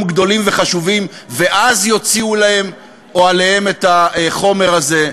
גדולים וחשובים ואז יוציאו להם או עליהם את החומר הזה.